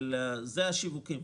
אלה השיווקים.